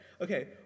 Okay